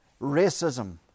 Racism